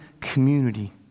community